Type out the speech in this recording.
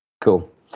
Cool